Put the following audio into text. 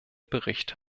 bericht